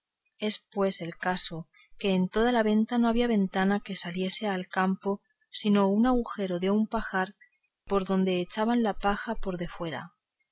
pues el caso que en toda la venta no había ventana que saliese al campo sino un agujero de un pajar por donde echaban la paja por defuera